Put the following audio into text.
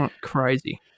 crazy